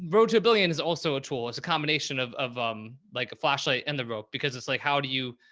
to a billion is also a tool. it's a combination of of um like a flashlight in the rope, because it's like, how do you,